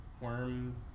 worm